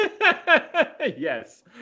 Yes